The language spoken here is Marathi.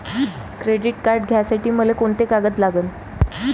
क्रेडिट कार्ड घ्यासाठी मले कोंते कागद लागन?